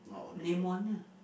name one lah